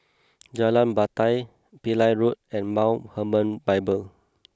Jalan Batai Pillai Road and Mount Hermon Bible